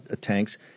tanks